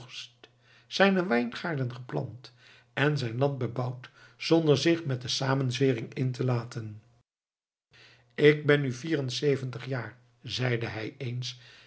zijne wijngaarden geplant en zijn land bebouwd zonder zich met de samenzwering in te laten ik ben nu vierenzeventig jaar zeide hij eens